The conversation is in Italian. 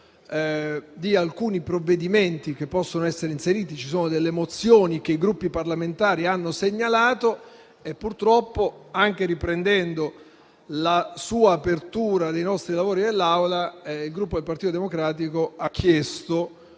con alcuni provvedimenti che possono essere inseriti. Ci sono delle mozioni che i Gruppi parlamentari hanno segnalato e purtroppo, anche riallacciandoci all'apertura della seduta da lei fatta, il Gruppo Partito Democratico ha chiesto